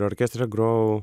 ir orkestre grojau